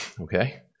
Okay